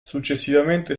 successivamente